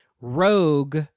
rogue